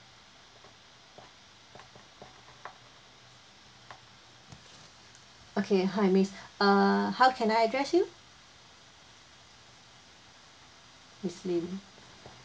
okay hi miss uh how can I address you miss lim